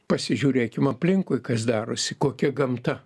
pasižiūrėkim aplinkui kas darosi kokia gamta